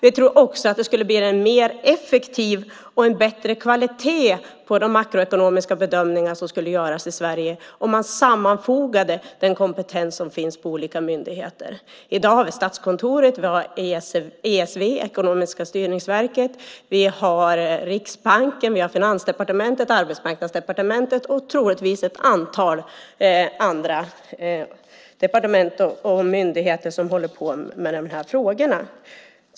Vi tror också att det skulle bli mer effektivt och ge bättre kvalitet på de makroekonomiska bedömningar i Sverige om man sammanfogade den kompetens som finns på olika myndigheter. I dag har vi Statskontoret, Ekonomistyrningsverket, Riksbanken, Finansdepartementet, Arbetsmarknadsdepartementet och troligtvis ett antal andra departement och myndigheter som håller på med de här frågorna.